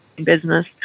business